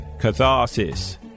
Catharsis